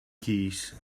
keys